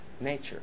nature